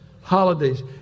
holidays